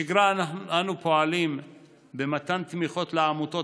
בשגרה אנו פועלים במתן תמיכות לעמותות